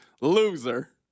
loser